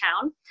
town